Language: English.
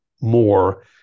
more